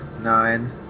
nine